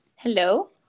hello